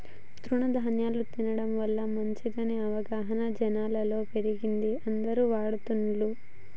తృణ ధ్యాన్యాలు తినడం వల్ల మంచిదనే అవగాహన జనాలలో పెరిగి అందరు వాడుతున్లు